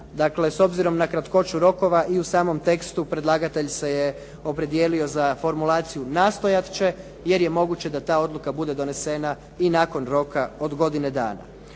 Dakle, s obzirom na kratkoću rokova i u samom tekstu predlagatelj se je opredijelio za formulaciju nastojat će, jer je moguće da ta odluka bude donesena i nakon roka od godine dana.